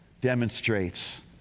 demonstrates